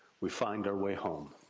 we find our way home.